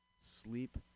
sleep